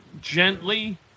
gently